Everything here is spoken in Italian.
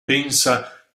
pensa